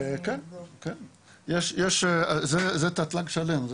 זה תטל"ג שלם.